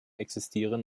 existieren